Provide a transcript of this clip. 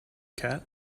cat